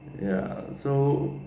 ya so